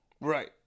Right